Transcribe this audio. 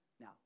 now